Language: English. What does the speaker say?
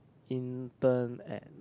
intern at